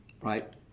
right